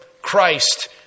Christ